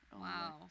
Wow